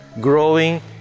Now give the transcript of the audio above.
growing